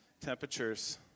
temperatures